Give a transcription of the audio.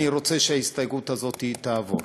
אני רוצה שהסתייגות הזאת תעבור.